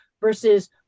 versus